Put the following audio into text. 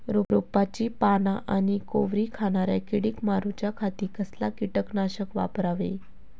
रोपाची पाना आनी कोवरी खाणाऱ्या किडीक मारूच्या खाती कसला किटकनाशक वापरावे?